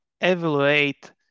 evaluate